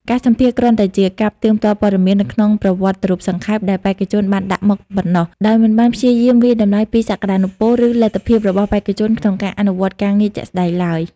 ការសម្ភាសន៍គ្រាន់តែជាការផ្ទៀងផ្ទាត់ព័ត៌មាននៅក្នុងប្រវត្តិរូបសង្ខេប ដែលបេក្ខជនបានដាក់មកប៉ុណ្ណោះ ដោយមិនបានព្យាយាមវាយតម្លៃពីសក្តានុពល ឬលទ្ធភាពរបស់បេក្ខជនក្នុងការអនុវត្តការងារជាក់ស្តែងឡើយ។